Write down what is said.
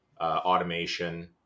automation